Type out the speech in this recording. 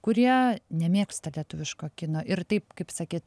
kurie nemėgsta lietuviško kino ir taip kaip sakyt